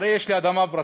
הרי יש לי אדמה פרטית,